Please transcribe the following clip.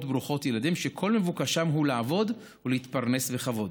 ברוכות ילדים שכל מבוקשם הוא לעבוד ולהתפרנס בכבוד.